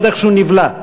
זה עוד איכשהו נבלע.